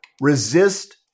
resist